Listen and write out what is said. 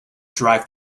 drive